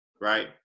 right